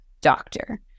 doctor